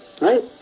Right